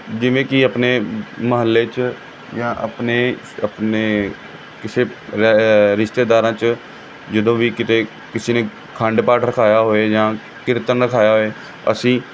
ਜਿਵੇਂ ਕਿ ਆਪਣੇ ਮੁਹੱਲੇ 'ਚ ਜਾਂ ਆਪਣੇ ਆਪਣੇ ਕਿਸੇ ਰਿਸ਼ਤੇਦਾਰਾਂ 'ਚ ਜਦੋਂ ਵੀ ਕਿਤੇ ਕਿਸੇ ਨੇ ਆਖੰਡ ਪਾਠ ਰਖਵਾਇਆ ਹੋਵੇ ਜਾਂ ਕੀਰਤਨ ਰਖਵਾਇਆ ਹੋਵੇ ਅਸੀਂ